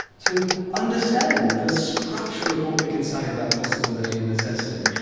to understand the structure of what we can say about possibility and necessity.